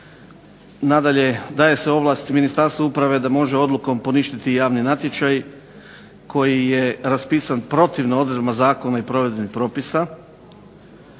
nadalje daje se ovlast Ministarstvu uprave da može odlukom poništiti javni natječaj koji je raspisan protivno odredbama zakona i provedbenih propisa.